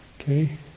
Okay